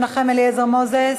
חבר הכנסת מנחם אליעזר מוזס,